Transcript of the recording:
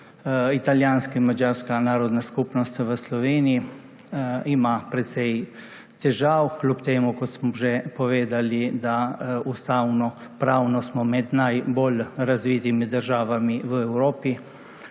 italijanska in madžarska narodna skupnost v Sloveniji ima precej težav, čeprav, kot smo že povedali, smo ustavnopravno med najbolj razvitimi državami v Evropi.